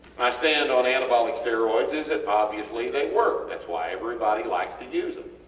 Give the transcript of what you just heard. my stand on anabolic steroids is that obviously they work, thats why everybody likes to use them,